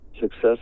Success